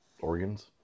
organs